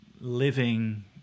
living